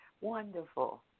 wonderful